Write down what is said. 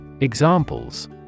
Examples